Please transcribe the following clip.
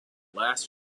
last